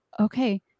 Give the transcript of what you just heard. Okay